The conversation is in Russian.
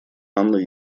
анна